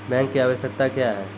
Bank की आवश्यकता क्या हैं?